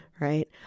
right